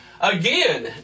Again